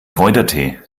kräutertee